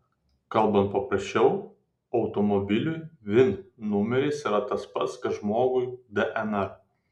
kalbant paprasčiau automobiliui vin numeris yra tas pats kas žmogui dnr